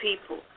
people